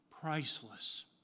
priceless